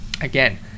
Again